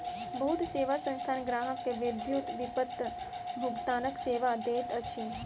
बहुत सेवा संस्थान ग्राहक के विद्युत विपत्र भुगतानक सेवा दैत अछि